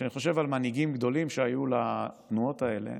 כשאני חושב על מנהיגים גדולים שהיו לתנועות האלה,